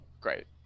Great